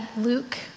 Luke